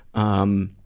um,